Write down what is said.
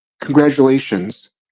congratulations